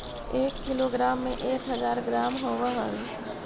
एक किलोग्राम में एक हज़ार ग्राम होव हई